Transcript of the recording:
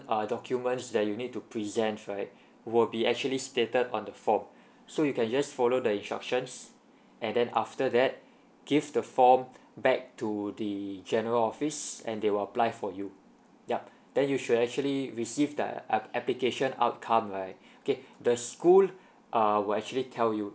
uh documents that you need to present right will be actually stated on the form so you can just follow the instructions and then after that give the form back to the general office and they will apply for you yup then you should actually receive the app~ application outcome right okay the school uh will actually tell you